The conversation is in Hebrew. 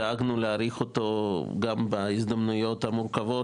דאגנו להאריך אותו גם בהזדמנויות המורכבות